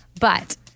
but-